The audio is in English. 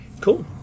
Cool